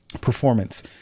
performance